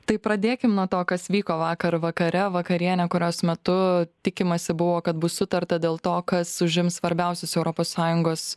tai pradėkim nuo to kas vyko vakar vakare vakarienė kurios metu tikimasi buvo kad bus sutarta dėl to kas užims svarbiausius europos sąjungos